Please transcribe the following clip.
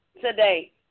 today